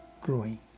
growing